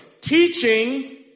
teaching